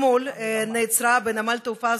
אתמול בנמל התעופה,